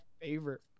favorite